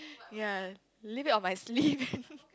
ya live it on my sleep man